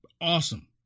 awesome